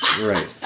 right